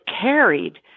carried